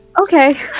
Okay